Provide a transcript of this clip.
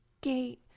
gate